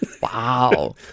wow